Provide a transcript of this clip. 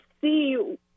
see